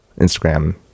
Instagram